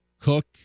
Cook